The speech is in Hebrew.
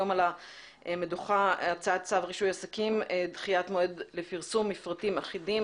היום על המדוכה הצעת צו רישוי עסקים (דחיית מועד לפרסום מפרטים אחידים),